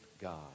God